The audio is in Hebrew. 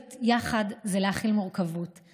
להיות יחד זה להכיל מורכבות,